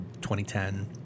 2010